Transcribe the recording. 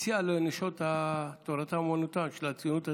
הציעה לנשות תורתם אומנותם של הציונות הדתית: